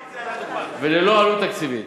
וללא עלות תקציבית.